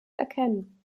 erkennen